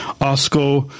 Oscar